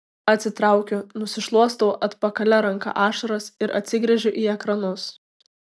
atsitraukiu nusišluostau atpakalia ranka ašaras ir atsigręžiu į ekranus